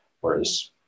Whereas